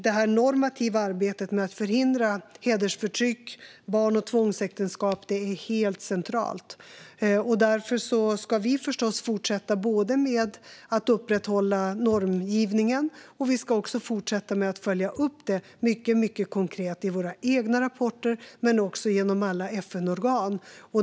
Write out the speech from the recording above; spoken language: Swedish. Det normativa arbetet med att förhindra hedersförtryck och barn och tvångsäktenskap är helt centralt, och därför ska vi förstås fortsätta både med att upprätthålla normgivningen och med att följa upp det mycket konkret inte bara i våra egna rapporter utan också genom alla FN-organ.